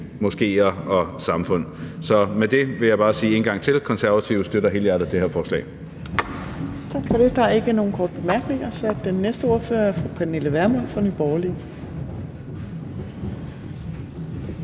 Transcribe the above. moskéer og samfund. Så med det vil jeg bare sige en gang til: Konservative støtter helhjertet det her forslag. Kl. 15:19 Fjerde næstformand (Trine Torp): Tak for det. Der er ikke nogen korte bemærkninger, så den næste ordfører er fru Pernille Vermund fra Nye Borgerlige.